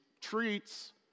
treats